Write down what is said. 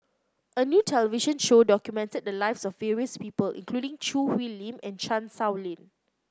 a new television show documented the lives of various people including Choo Hwee Lim and Chan Sow Lin